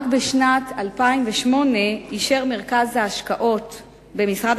רק בשנת 2008 אישר מרכז ההשקעות במשרד